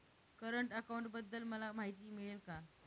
Current अकाउंटबद्दल मला माहिती मिळेल का?